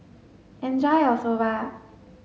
enjoy your Soba